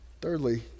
thirdly